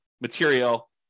material